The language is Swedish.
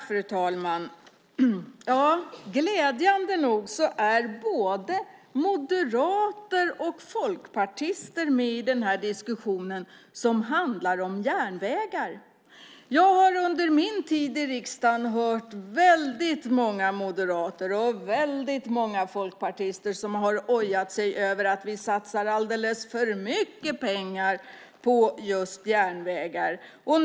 Fru talman! Glädjande nog är både moderater och folkpartister med i den här diskussionen som handlar om järnvägar. Jag har under min tid i riksdagen hört väldigt många moderater och väldigt många folkpartister som har ojat sig över att vi satsar alldeles för mycket pengar på just järnvägar.